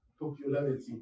popularity